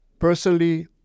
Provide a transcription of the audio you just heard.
Personally